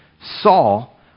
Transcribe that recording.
Saul